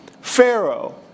Pharaoh